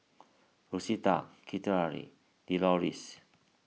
Rosita Citlalli Deloris